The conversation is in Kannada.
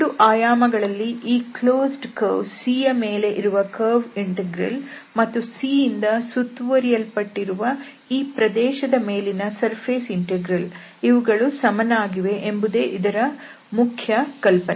ಎರಡು ಆಯಾಮಗಳಲ್ಲಿ ಈ ಕ್ಲೋಸ್ಡ್ ಕರ್ವ್ C ಮೇಲೆ ಇರುವ ಕರ್ವ್ ಇಂಟೆಗ್ರಲ್ ಮತ್ತು C ಯಿಂದ ಸುತ್ತುವರಿಯಲ್ಪಟ್ಟಿರುವ ಈ ಪ್ರದೇಶದ ಮೇಲಿನ ಸರ್ಫೇಸ್ ಇಂಟೆಗ್ರಲ್ ಸಮನಾಗಿದೆ ಎಂಬುದೇ ಇದರ ಮುಖ್ಯ ಕಲ್ಪನೆ